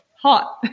hot